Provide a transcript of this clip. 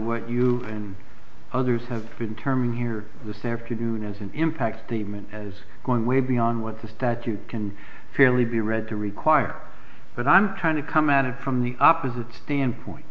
what you and others have been turning here this afternoon as an impact statement has gone way beyond what the statute can fairly be read to require that i'm trying to come out of from the opposite standpoint